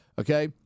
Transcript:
Okay